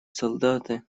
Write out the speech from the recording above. солдаты